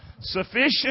Sufficient